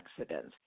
accidents